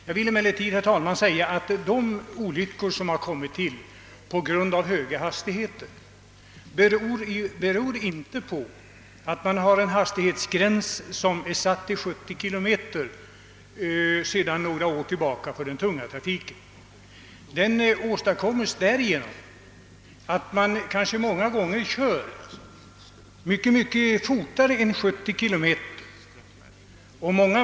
Jag vill emellertid, herr talman, säga att de olyckor som inträffat vid höga hastigheter inte beror på att vi har en hastighetsgräns som är satt till 70 kilometer för den tunga trafiken sedan några år tillbaka.